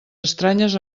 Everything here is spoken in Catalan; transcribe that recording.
estranyes